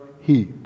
heat